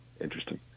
Interesting